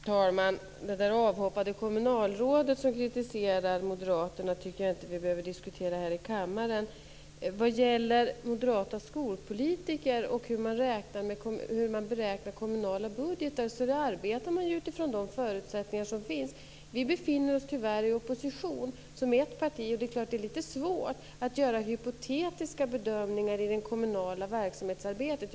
Fru talman! Det där avhoppade kommunalrådet som kritiserar Moderaterna tycker jag inte att vi behöver diskutera här i kammaren. Vad gäller moderata skolpolitiker och hur man beräknar kommunala budgetar arbetar man ju utifrån de förutsättningar som finns. Vi befinner oss tyvärr som ett parti i opposition. Det är klart att det är litet svårt att göra hypotetiska bedömningar i det kommunala verksamhetsarbetet.